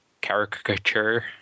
caricature